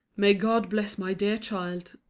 may god bless my dear child,